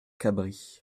cabris